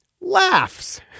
laughs